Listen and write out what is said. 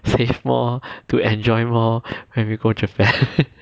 save more to enjoy more when we go japan